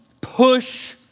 push